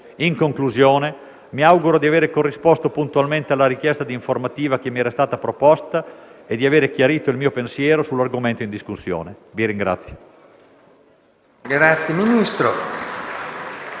In conclusione, mi auguro di avere corrisposto puntualmente alla richiesta di informativa che mi era stata proposta e di avere chiarito il mio pensiero sull'argomento in discussione. *(Applausi